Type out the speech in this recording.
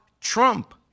Trump